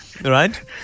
right